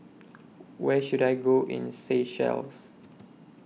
Where should I Go in Seychelles